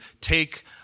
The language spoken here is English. take